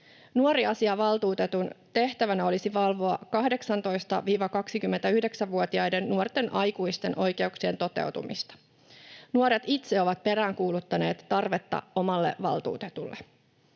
Nuoriasiavaltuutetun tehtävänä olisi valvoa 18—29-vuotiaiden nuorten aikuisten oikeuksien toteutumista. Nuoret itse ovat peräänkuuluttaneet tarvetta omalle valtuutetulle.